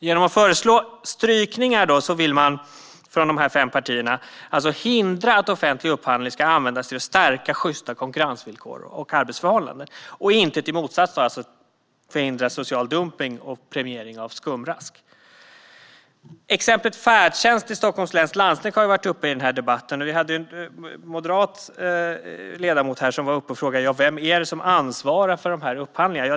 Genom att föreslå strykningar vill dessa fem partier hindra att offentlig upphandling ska användas för att stärka sjysta konkurrensvillkor och arbetsförhållanden och inte motsatsen, alltså förhindra social dumpning och premiering av skumrask. Exemplet med färdtjänst i Stockholms läns landsting har tagits upp i den här debatten. En moderat ledamot frågade här: Vem är det som ansvarar för dessa upphandlingar?